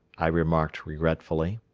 i remarked regretfully.